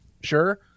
sure